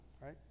right